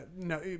no